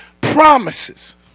promises